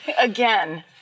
Again